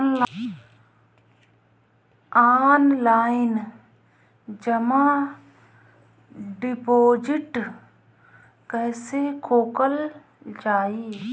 Online जमा deposit कैसे खोलल जाइ?